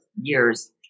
years